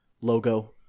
logo